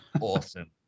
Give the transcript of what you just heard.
Awesome